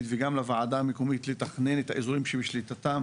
וגם לוועדה המקומית לתכנן את האזורים שבשליטתם,